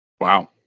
Wow